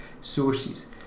sources